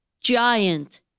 giant